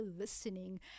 listening